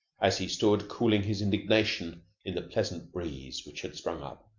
as he stood cooling his indignation in the pleasant breeze which had sprung up,